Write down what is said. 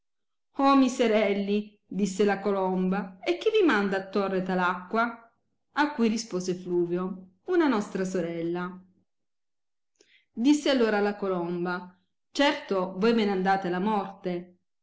oh miserelli disse la colomba e chi vi manda a torre tal acqua a cui rispose fluvio una nostra sorella disse allora la colomba certo voi ve n'andate alla morte